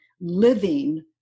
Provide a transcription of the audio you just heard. living